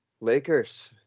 Lakers